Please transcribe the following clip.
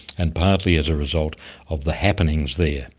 and partly as a result of the happenings there.